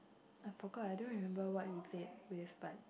I forgot I don't remember what we said with but